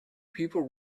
people